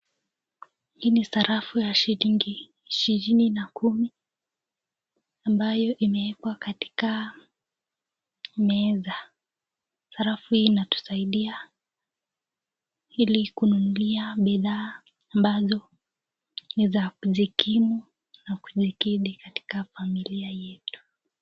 Hii ni sarafu ya shillingi ishirini na kumi ambayo imewekwa katika meza sarafu hii inatusaidia ili kununulia bidhaa ambazo ni za kujikimu na kujikidi katika familia yetu